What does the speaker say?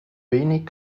wenig